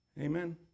Amen